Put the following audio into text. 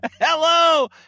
Hello